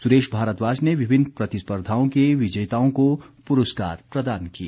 सुरेश भारद्वाज ने विभिन्न प्रतिस्पर्धाओं के विजेताओं को पुरस्कार प्रदान किए